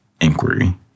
inquiry